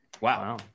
Wow